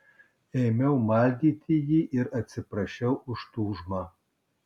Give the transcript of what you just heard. ėmiau maldyti jį ir atsiprašiau už tūžmą